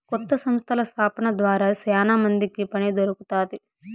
కొత్త సంస్థల స్థాపన ద్వారా శ్యానా మందికి పని దొరుకుతాది